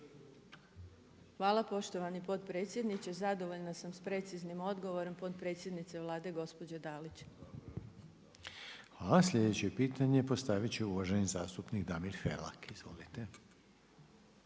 Hvala poštovani potpredsjedniče. Zadovoljna sam s preciznim odgovorom, potpredsjednice Vlade, gospođe Dalić. **Reiner, Željko (HDZ)** Hvala. Sljedeće pitanje postavit će uvaženi zastupnik Damir Felak. Izvolite.